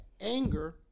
anger